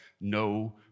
no